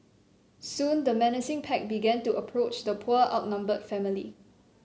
soon the menacing pack began to approach the poor outnumbered family